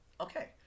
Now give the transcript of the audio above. Okay